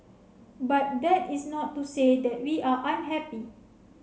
but that is not to say that we are unhappy